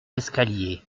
l’escalier